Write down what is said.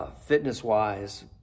fitness-wise